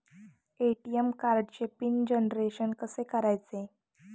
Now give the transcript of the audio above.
ATM कार्डचे pin generation कसे करायचे?